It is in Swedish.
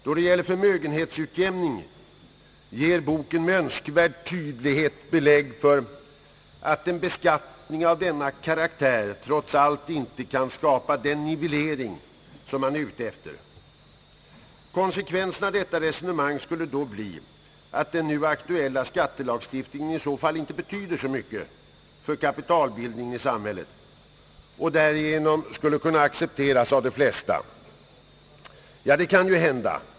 Vad gäller förmögenhetsutjämningen ger boken med önskvärd tydlighet belägg för att en beskattning av denna karaktär trots allt inte kan skapa den nivellering som man är ute efter. Konsekvensen av detta resonemang skulle bli att den nu aktuella skattelagstiftningen inte betyder så mycket för kapitalbildningen i samhället och därmed skulle kunna accepteras av de flesta. Ja, det kan ju hända.